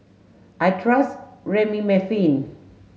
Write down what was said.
I trust Remifemin